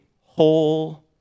whole